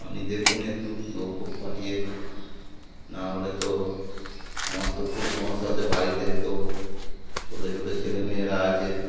আপনি দেখুন একটু লোক ফোক পাঠিয়ে নাহলে তো আমার তো খুব সমস্যা আছে বাড়িতে তো ছোটো ছোটো ছেলেমেয়েরা আছে